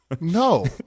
No